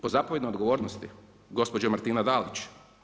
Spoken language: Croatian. Po zapovjednoj odgovornosti gospođa Martina Dalić.